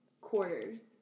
quarters